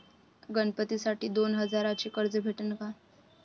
गणपतीसाठी दोन हजाराचे कर्ज भेटन का?